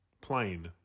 plain